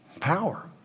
power